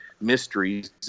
mysteries